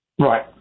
Right